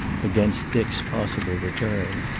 against dick's possible return.